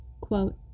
quote